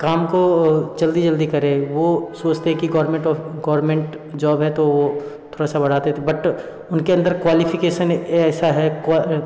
काम को जल्दी जल्दी करें वो सोचते है कि गौरमेंट ऑफ गौरमेंट जॉब है तो वो थोड़ा सा बढ़ाते है बट उनके अन्दर क्वालिफिकेसन ऐसा है